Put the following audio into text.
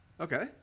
Okay